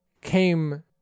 came